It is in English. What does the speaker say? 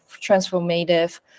transformative